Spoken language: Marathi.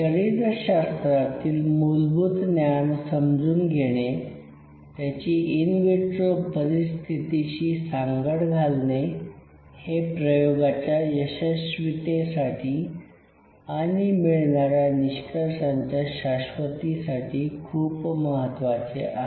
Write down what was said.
शरीरशास्त्रातील मूलभूत ज्ञान समजून घेणे त्याची इन विट्रो परिस्थितीशी सांगड घालणे हे प्रयोगाच्या यशस्वीतेसाठी आणि मिळणाऱ्या निष्कर्षांच्या शाश्वतीसाठी खूप महत्वाचे आहे